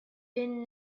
been